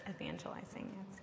evangelizing